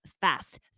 fast